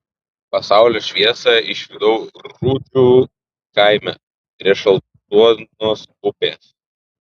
pasaulio šviesą išvydau rudžių kaime prie šaltuonos upės